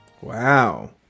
Wow